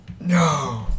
no